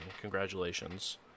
Congratulations